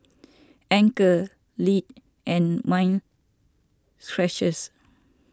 Anchor Lindt and Mind Stretchers